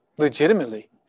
Legitimately